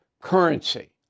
currency